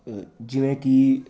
ਜਿਵੇਂ ਕਿ